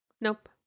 Nope